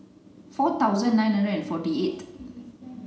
four thousand nine hundred and forty eighth